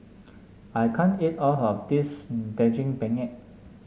I can't eat all of this Daging Penyet